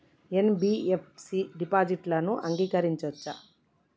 NBFC డిపాజిట్లను అంగీకరించవచ్చా?